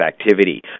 activity